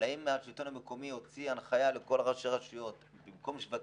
אבל האם השלטון המקומי הוציא הנחיה לכל ראשי הרשויות במקום שווקים,